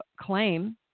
claim